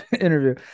interview